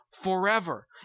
forever